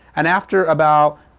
and after about,